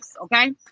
okay